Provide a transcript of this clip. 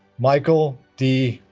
michael d.